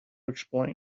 explain